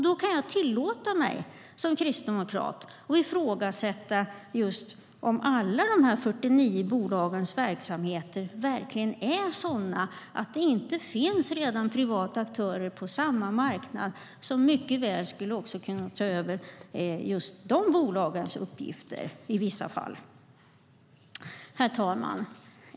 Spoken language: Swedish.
Då kan jag som kristdemokrat tillåta mig att ifrågasätta om alla de 49 bolagens verksamheter verkligen är sådana att det inte redan finns privata aktörer på samma marknad som mycket väl skulle kunna ta över dessa bolags uppgifter i vissa fall. Herr talman!